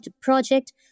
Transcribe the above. project